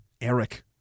Eric